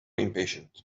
impatient